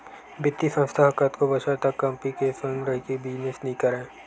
बित्तीय संस्था ह कतको बछर तक कंपी के संग रहिके बिजनेस नइ करय